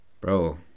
bro